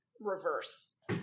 reverse